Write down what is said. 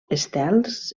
estels